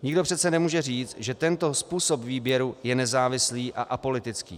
Nikdo přece nemůže říct, že tento způsob výběru je nezávislý a apolitický.